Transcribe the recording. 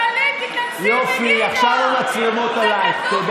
גלית, תיכנסי בגדעון, יופי, עכשיו המצלמות עלייך.